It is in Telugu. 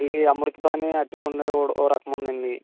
ఇవి అమృతపాణీ అరటిపండు ఓ రకము ఉందండి